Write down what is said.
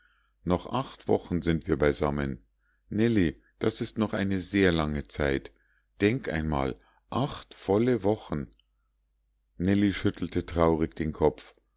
noch acht wochen sind wir beisammen nellie das ist noch eine sehr lange zeit denk einmal acht volle wochen nellie schüttelte traurig den kopf